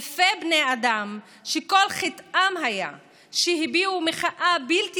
אלפי בני אדם שכל חטאם היה שהביעו מחאה בלתי